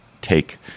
take